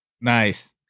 Nice